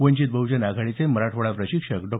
वंचित बह्जन आघाडीचे मराठवाडा प्रशिक्षक डॉ